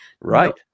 Right